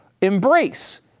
embrace